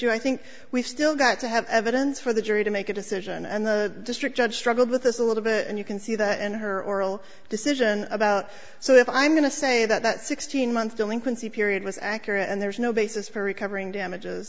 issue i think we've still got to have evidence for the jury to make a decision and the district judge struggled with this a little bit and you can see that and her oral decision about so if i'm going to say that that sixteen month delinquency period was accurate and there's no basis for recovering damages